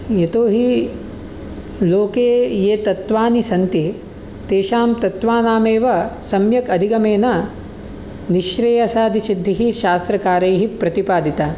यतोहि लोके ये तत्त्वानि सन्ति तेषां तत्त्वानामेव सम्यक् अधिगमेन निःश्रेयसादिसिद्धिः शास्त्रकारैः प्रतिपादिता